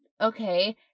Okay